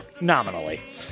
Nominally